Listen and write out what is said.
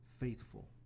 faithful